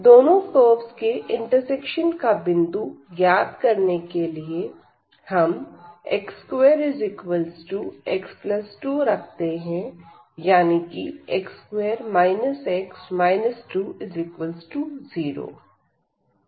दोनों कर्वस के इंटरसेक्शन का बिंदु ज्ञात करने के लिए हम x2x2 रखते हैं यानी कि x2 x 20